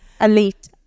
Elite